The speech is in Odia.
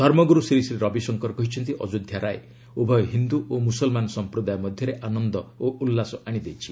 ଧର୍ମଗୁରୁ ଶ୍ରୀଶ୍ରୀ ରବିଶଙ୍କର କହିଛନ୍ତି ଅଯୋଧ୍ୟା ରାୟ ଉଭୟ ହିନ୍ଦୁ ଓ ମୁସଲମାନ ସମ୍ପ୍ରଦାୟ ମଧ୍ୟରେ ଆନନ୍ଦ ଓ ଉଲ୍ଲାସ ଆଣି ଦେଇଛି